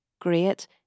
great